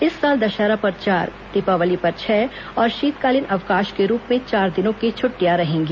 इस साल दशहरा पर चार दीपावली पर छह और शीतकालीन अवकाश के रूप में चार दिनों की छुट्टियां रहेंगी